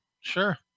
Sure